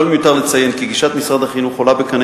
לא מיותר לציין כי גישת משרד החינוך עולה בקנה